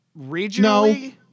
regionally